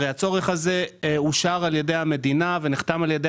הרי הצורך הזה אושר על-ידי המדינה ונחתם על-ידי